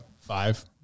Five